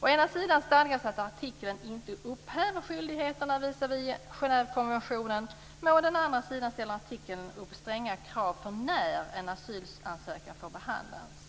Å ena sidan stadgas att artikeln inte upphäver skyldigheterna visavi Genèvekonventionen. Å andra sidan ställer artikeln stränga krav på när en asylansökan får behandlas.